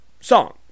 song